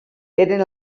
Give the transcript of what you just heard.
eren